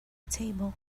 table